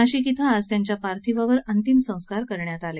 नाशिक क्षे त्यांच्या पार्थिवावर अंतिम संस्कार करण्यात आले